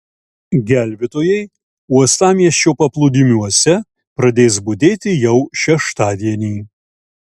gelbėtojai uostamiesčio paplūdimiuose pradės budėti jau šeštadienį